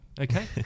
Okay